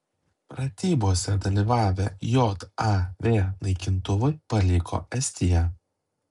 pratybose dalyvavę jav naikintuvai paliko estiją